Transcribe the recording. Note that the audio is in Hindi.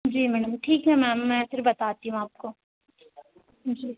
जी मैडम ठीक है मैम मैं फ़िर बताती हूँ आपको जी